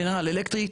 ג'נרל אלקטריק,